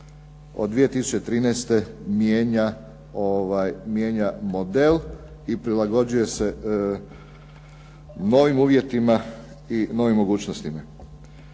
od 2013. mijenja model i prilagođuje se novim uvjetima i novim mogućnostima.